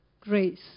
grace